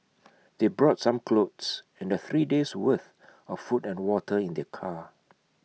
they brought some clothes and the three days' worth of food and water in their car